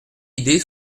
idée